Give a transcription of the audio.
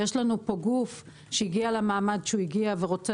יש לנו פה גוף שהגיע למעמד שהוא הגיע ורוצה